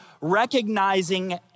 recognizing